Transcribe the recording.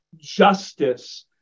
justice